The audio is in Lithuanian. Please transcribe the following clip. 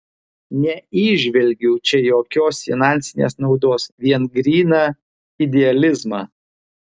neįžvelgiu čia jokios finansinės naudos vien gryną idealizmą